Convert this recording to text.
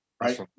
Right